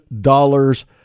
dollars